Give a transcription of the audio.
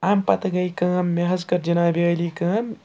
اَمہِ پَتہٕ گٔے کٲم مےٚ حظ کٔر جِنابِ عٲلی کٲم